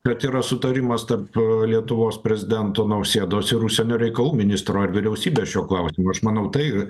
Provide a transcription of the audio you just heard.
kad yra sutarimas tarp lietuvos prezidento nausėdos ir užsienio reikalų ministro ar vyriausybės šiuo klausimu aš manau tai